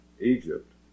Egypt